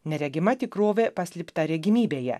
neregima tikrovė paslėpta regimybėje